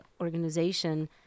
organization